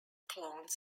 clones